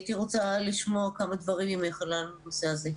הייתי רוצה לשמוע כמה דברים ממך על הנושא הזה.